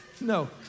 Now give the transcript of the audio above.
no